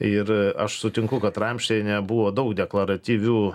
ir aš sutinku kad ramšteine buvo daug deklaratyvių